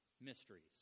mysteries